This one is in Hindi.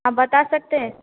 आप बता सकते हैं